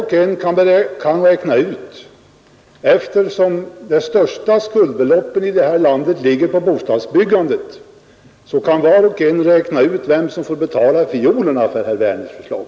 Och eftersom de största skuldbeloppen i vårt land ligger på bostadsbyggandet kan var och en räkna ut vem som får betala fiolerna för herr Werners förslag.